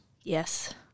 Yes